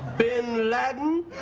ben ladden